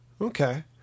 Okay